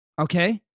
Okay